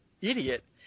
idiot